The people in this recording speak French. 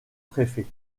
préfet